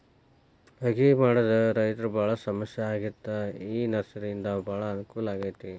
ಅಗಿ ಮಾಡುದ ರೈತರು ಬಾಳ ಸಮಸ್ಯೆ ಆಗಿತ್ತ ಈ ನರ್ಸರಿಯಿಂದ ಬಾಳ ಅನಕೂಲ ಆಗೈತಿ